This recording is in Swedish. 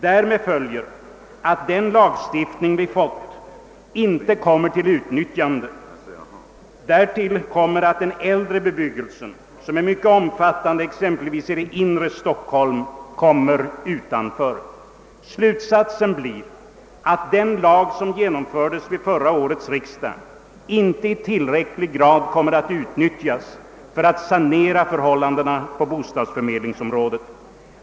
Därmed följer att den lagstiftning vi fått inte kommer till utnyttjande. Dessutom kommer den äldre bebyggelsen, som är mycket omfattande i exempelvis det inre Stockholm, utanför. Slutsatsen blir att den lag som genomfördes vid förra årets riksdag inte i tillräcklig grad kommer att utnyttjas för att sanera förhållandena på bostadsförmedlingsområdet.